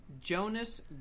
Jonas